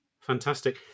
Fantastic